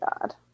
god